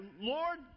Lord